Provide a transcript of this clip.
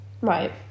right